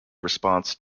response